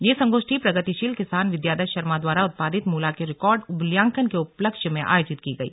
यह संगोष्ठी प्रगतिशील किसान विद्यादत्त शर्मा द्वारा उत्पादित मूला के रिकार्ड मूल्यांकन के उपलक्ष्य में आयोजित की गई